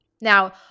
Now